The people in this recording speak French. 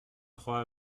trois